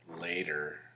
later